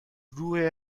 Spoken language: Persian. روح